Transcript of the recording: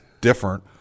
different